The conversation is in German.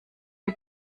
wie